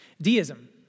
deism